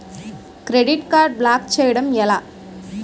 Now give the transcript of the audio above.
Credit card block చేయడం ఎలా?